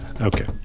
Okay